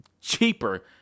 cheaper